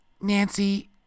Nancy